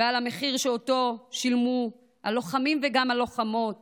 ועל המחיר שאותו שילמו הלוחמים וגם הלוחמות